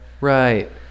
Right